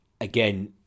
again